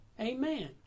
Amen